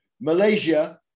Malaysia